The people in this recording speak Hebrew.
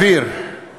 להעביר